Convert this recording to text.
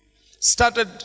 started